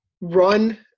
run